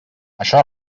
això